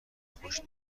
خوش